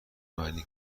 معنی